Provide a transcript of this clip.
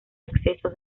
acceso